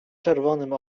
czerwonym